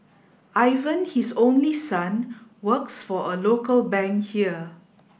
Ivan his only son works for a local bank here